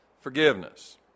forgiveness